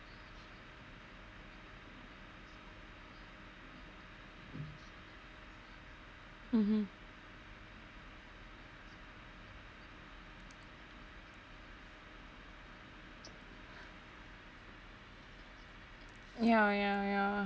mmhmm yeah yeah